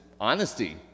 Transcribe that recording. honesty